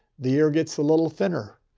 the year gets a little thinner.